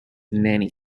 nanny